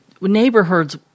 neighborhoods